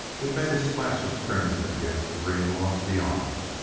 it made a splash of crimson against the green lawns beyond.